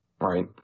right